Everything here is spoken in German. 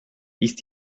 ist